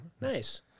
Nice